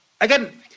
Again